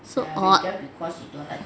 so hot